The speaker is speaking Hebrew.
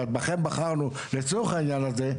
כי בכם אנחנו בחרנו לצורך העניין הזה,